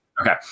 Okay